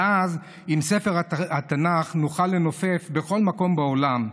ואז עם ספר התנ"ך נוכל לנופף בכל מקום בעולם,